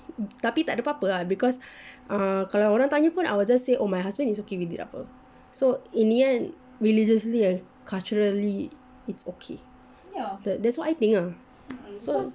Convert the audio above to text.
tapi takde apa-apa ah because ah kalau orang tanya pun I will just say oh my husband he's okay with apa so in the end religiously uh culturally it's okay ya that that's what I think ah so